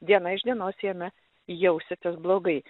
diena iš dienos jame jausitės blogai